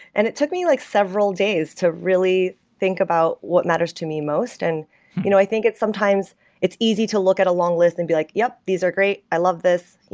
and it took me like several days to really think about what matters to me most. and you know i think it's sometimes it's easy to look at a long list and be like, yup, these are great. i love this.